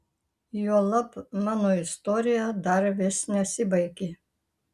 juolab mano istorija dar vis nesibaigė